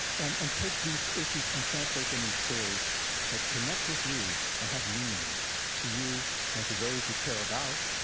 and and take these issues and translate them into stories that connect with you and have meaning to you and to those you care about,